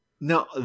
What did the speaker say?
No